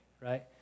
right